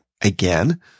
again